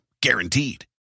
guaranteed